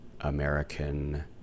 American